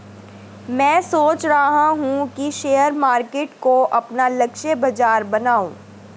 मैं सोच रहा हूँ कि शेयर मार्केट को अपना लक्ष्य बाजार बनाऊँ